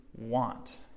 want